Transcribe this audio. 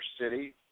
city